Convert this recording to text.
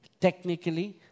Technically